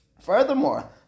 Furthermore